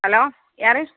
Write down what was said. hello யார்